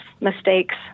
mistakes